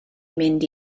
mynd